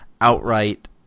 outright